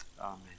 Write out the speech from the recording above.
amen